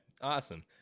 awesome